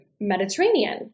Mediterranean